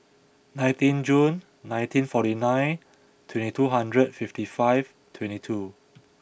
nineteen June nineteen forty nine twenty two hundred fifty five twenty two